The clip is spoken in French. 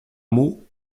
mot